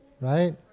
right